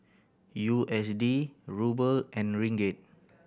U S D Ruble and Ringgit